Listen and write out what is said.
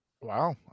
Wow